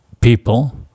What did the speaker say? people